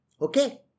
Okay